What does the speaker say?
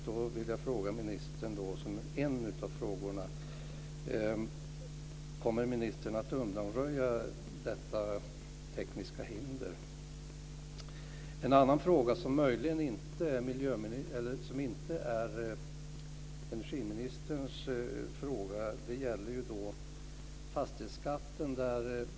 Därför är min ena fråga till ministern: Kommer ministern att undanröja detta tekniska hinder? En annan fråga, som möjligen inte är energiministerns, gäller fastighetsskatten.